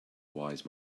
wise